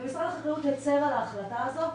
ומשרד החקלאות הצר על ההחלטה הזאת.